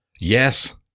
yes